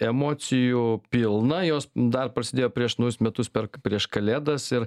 emocijų pilna jos dar prasidėjo prieš naujus metus per prieš kalėdas ir